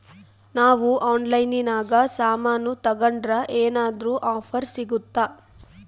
ನಾವು ಆನ್ಲೈನಿನಾಗ ಸಾಮಾನು ತಗಂಡ್ರ ಏನಾದ್ರೂ ಆಫರ್ ಸಿಗುತ್ತಾ?